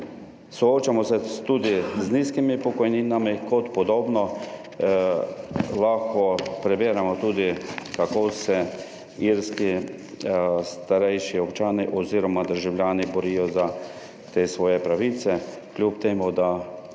Soočamo se tudi z nizkimi pokojninami. Kot podobno lahko preberemo tudi kako se irski starejši občani, oziroma državljani borijo za te svoje pravice kljub temu, da